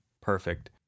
perfect